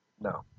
No